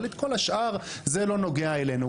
אבל את כל השאר, זה לא נוגע אלינו.